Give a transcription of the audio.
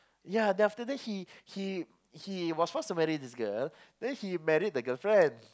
ya then after that he he he he was to forced to marry this girl the he married the girlfriend